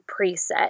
preset